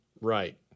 right